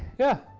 yeah.